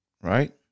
Right